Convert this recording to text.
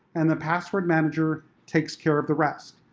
and the password manager takes care of the rest.